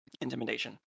intimidation